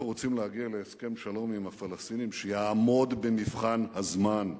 אנחנו רוצים להגיע להסכם שלום עם הפלסטינים שיעמוד במבחן הזמן,